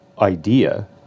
idea